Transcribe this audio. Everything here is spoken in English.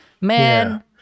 man